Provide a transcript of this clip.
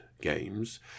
games